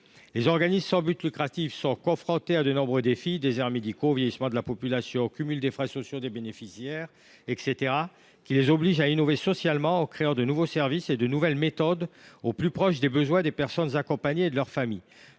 Les organismes sans but lucratif sont confrontés à de nombreux défis – déserts médicaux, vieillissement de la population, cumul des freins sociaux des bénéficiaires, etc. – qui les obligent à innover socialement, en créant de nouveaux services et de nouvelles méthodes au plus proche des besoins des personnes accompagnées et de leurs familles.